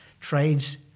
trades